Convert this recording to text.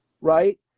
right